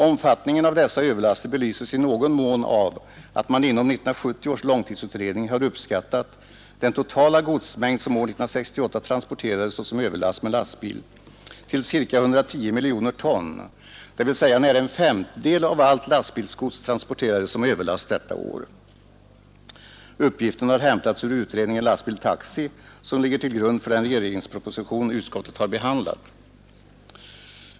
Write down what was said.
Omfattningen av dessa överlaster belyses i någon mån av att man inom 1970 års långtidsutredning har uppskattat den totala godsmängd, som år 1968 transporterades såsom överlast med lastbil, till ca 110 miljoner ton — dvs. nära en femtedel av allt lastbilsgods transporterades som överlast detta år. Den uppgiften har jag hämtat ur utredningsbetänkandet Lastbil och taxi, som ligger till grund för den regeringsproposition utskottet har behandlat.